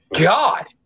god